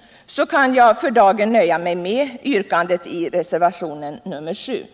— kan jag för dagen nöja mig med yrkandet i reservationen 7.